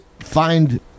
find